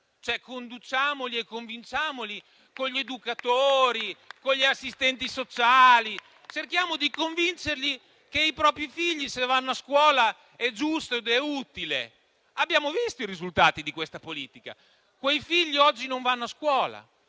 cioè conduciamoli e convinciamoli con gli educatori, con gli assistenti sociali. Cerchiamo di convincerli che se i propri figli vanno a scuola è giusto ed è utile. Abbiamo visto i risultati di questa politica: quei figli oggi non vanno a scuola.